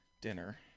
dinner